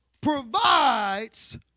provides